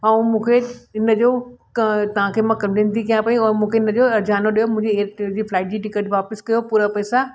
ऐं मूंखे इन जो का तव्हांखे मां कंप्लेन थी कयां पई और मूंखे इन जो हरजानो ॾियो मुंहिंजी एयरपोर्ट जी फ्लाइट जी टिकट वापसि कयो पूरा पैसा